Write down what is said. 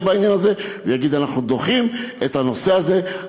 בעניין הזה ויגיד: אנחנו דוחים את הנושא הזה,